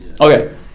Okay